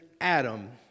Adam